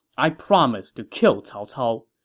i promise to kill cao cao.